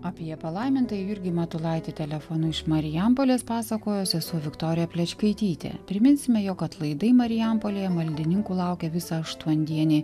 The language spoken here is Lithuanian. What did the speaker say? apie palaimintąjį jurgį matulaitį telefonu iš marijampolės pasakojo sesuo viktorija plečkaitytė priminsime jog atlaidai marijampolėje maldininkų laukia visą aštuondienį